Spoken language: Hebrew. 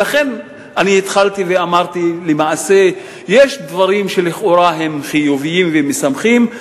ולכן התחלתי ואמרתי שלמעשה יש דברים שלכאורה הם חיוביים ומשמחים,